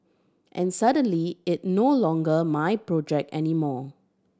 and suddenly it no longer my project anymore